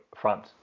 front